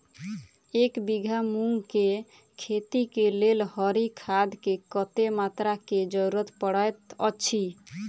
एक बीघा मूंग केँ खेती केँ लेल हरी खाद केँ कत्ते मात्रा केँ जरूरत पड़तै अछि?